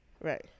Right